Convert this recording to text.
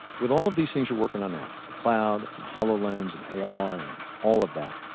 with all of these things you're working on now the cloud and the hololens and a r. and all of that.